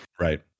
right